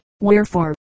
Wherefore